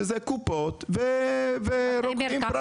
שזה קופות ורוקחים פרטיים.